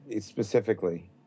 specifically